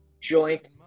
joint